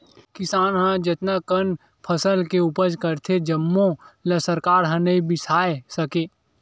किसान ह जतना कन फसल के उपज करथे जम्मो ल सरकार ह नइ बिसावय सके